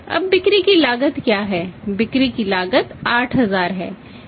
अब बिक्री की लागत क्या है बिक्री की लागत 8000 है